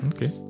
Okay